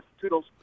Toodles